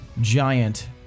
giant